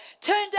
turned